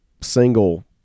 single